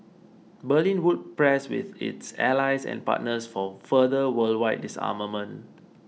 Berlin would press with its allies and partners for further worldwide disarmament